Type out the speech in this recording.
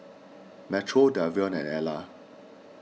Metro Davion and Alla